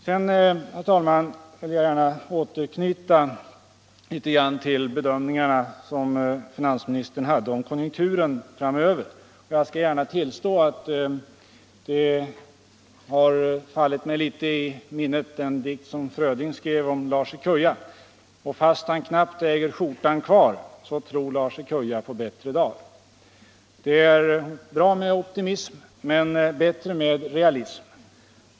Sedan vill jag, herr talman, anknyta till de bedömningar som finansministern gjorde av konjunkturen framöver. Jag skall gärna tillstå att det har fallit mig i minnet en dikt som Fröding skrev om Lars i Kuja: Och fast han knappt äger skjortan kvar, tror Lars i Kuja på bättre da'r. Det är bra med optimism men bättre med realism.